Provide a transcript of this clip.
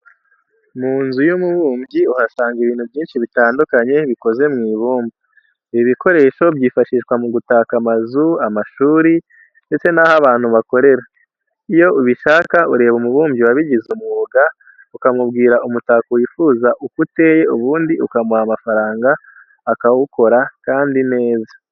Mu nzu y'umubumbyi uhasanga ibintu byinshi bitandukanye bikoze mu ibumba. Ibi bikoresho byifashishwa mu gutaka amazu, amashuri, ndetse n'aho abantu bakorera. Iyo ubishaka ureba umubumbyi wabigize umwuga, ukamubwira umutako wifuza uko uteye ubundi ukamuha amafaranga akawukora kandi neza.